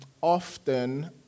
often